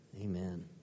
Amen